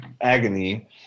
agony